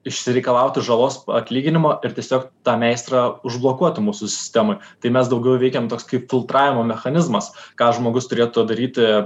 išsireikalauti žalos atlyginimo ir tiesiog tą meistrą užblokuoti mūsų sistemoj tai mes daugiau veikiam toks kaip filtravimo mechanizmas ką žmogus turėtų daryti